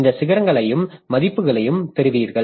இந்த சிகரங்களையும் மதிப்புகளையும் பெறுவீர்கள்